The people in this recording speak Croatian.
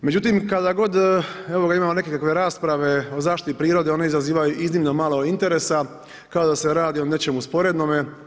Međutim, kada god evo ga imamo nekakve rasprave o zaštiti prirode, one izazivaju iznimno malo interesa, kao da se radi o nečemu sporednome.